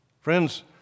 Friends